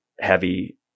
heavy